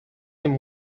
him